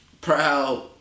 proud